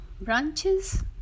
branches